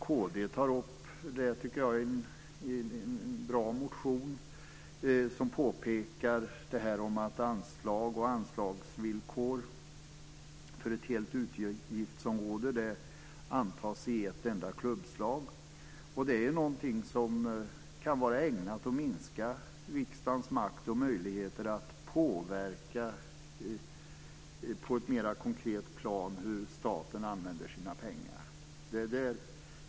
Kd påpekar i en, som jag tycker, bra motion att anslag och anslagsvillkor för ett helt utgiftsområde antas i ett enda klubbslag. Det är något som kan vara ägnat att minska riksdagens makt och möjligheter att påverka på ett mera konkret plan hur staten använder sina pengar.